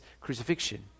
crucifixion